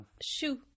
Shoo